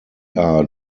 are